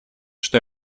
что